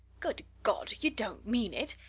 good god! you don't mean it!